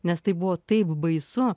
nes tai buvo taip baisu